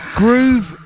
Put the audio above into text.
groove